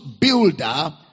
builder